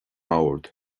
mbord